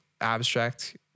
abstract